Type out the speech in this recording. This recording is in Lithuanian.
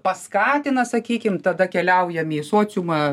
paskatina sakykim tada keliaujam į sociumą